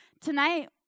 tonight